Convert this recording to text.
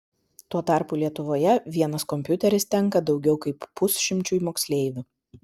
tuo tarpu lietuvoje vienas kompiuteris tenka daugiau kaip pusšimčiui moksleivių